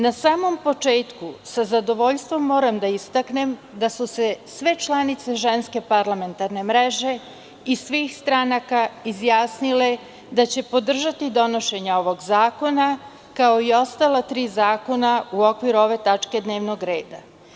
Na samom početku, sa zadovoljstvom moram da istaknem da su se sve članice Ženske parlamentarne mreže iz svih stranaka izjasnile da će podržati donošenje ovog zakona, kao i ostala tri zakona u okviru ove tačke dnevnog reda.